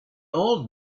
old